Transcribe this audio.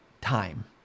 time